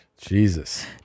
Jesus